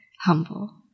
humble